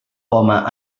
poma